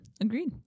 Agreed